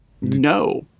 No